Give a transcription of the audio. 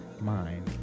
mind